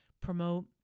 promote